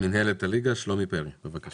למינהלת הליגה, שלומי פרי, בבקשה.